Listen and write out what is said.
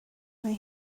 mae